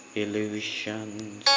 illusions